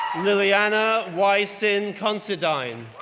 liliana wai sin considine,